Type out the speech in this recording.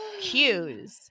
cues